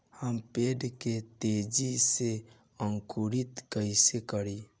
हम पेड़ के तेजी से अंकुरित कईसे करि?